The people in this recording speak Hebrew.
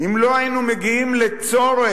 אם לא היינו מגיעים לצורך